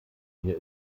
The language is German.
mir